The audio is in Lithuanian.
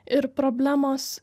ir problemos